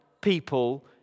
people